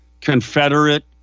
Confederate